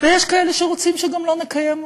ויש כאלה שרוצים שגם לא נקיים אותו.